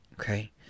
okay